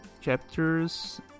chapters